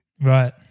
right